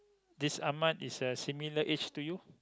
this ahmad is uh similar age to you